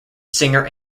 singer